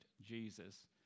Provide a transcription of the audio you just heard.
Jesus